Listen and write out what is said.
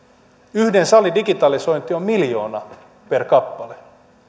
yhden salin digitalisointi on miljoona per kappale